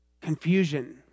Confusion